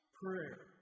prayer